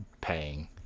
paying